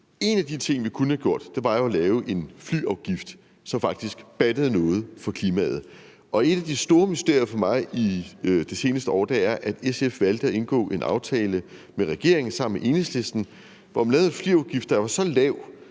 En af de ting, vi kunne have gjort, var jo at lave en flyafgift, som faktisk battede noget for klimaet. Et af de store mysterier for mig i det seneste år er, at SF valgte at indgå en aftale med regeringen sammen med Enhedslisten, hvor man lavede en flyafgift, der var så lav,